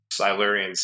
Silurians